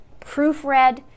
proofread